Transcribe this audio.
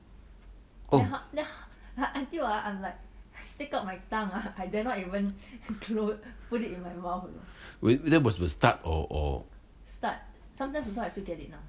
oh that was the start or or